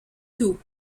tout